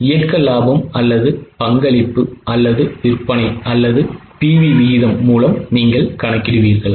இயக்க லாபம் அல்லது பங்களிப்பு அல்லது விற்பனை அல்லது PV விகிதம் மூலம் நீங்கள் கணக்கிடுவீர்களா